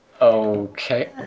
Okay